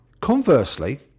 Conversely